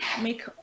make